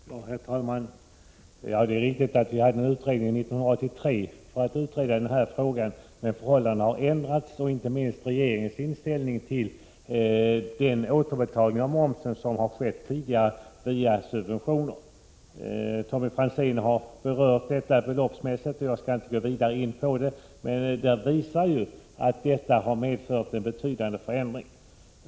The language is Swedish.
Herr talman! Det är riktigt att en utredning i denna fråga genomfördes 1983, men förhållandena har ändrats, inte minst regeringens inställning till den tidigare återbetalningen av momsen via subventioner. Tommy Franzén har beloppsmässigt redogjort för detta. Jag skall inte närmare gå in på denna fråga, men hans redovisning klargör att det har skett en betydande förändring.